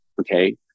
Okay